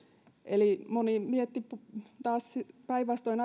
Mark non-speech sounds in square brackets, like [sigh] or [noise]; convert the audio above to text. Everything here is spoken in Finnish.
eli moni mietti asiaa taas päinvastoin [unintelligible]